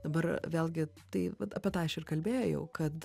dabar vėlgi tai vat apie tai aš ir kalbėjau kad